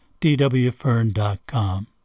dwfern.com